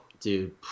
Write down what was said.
dude